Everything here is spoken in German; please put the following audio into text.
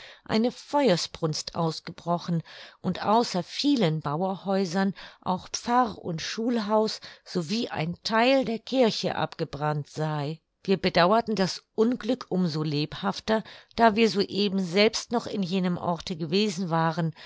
eine feuersbrunst ausgebrochen und außer vielen bauerhäusern auch pfarr und schulhaus sowie ein theil der kirche abgebrannt sei wir bedauerten das unglück um so lebhafter da wir so eben selbst noch in jenem orte gewesen waren